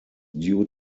due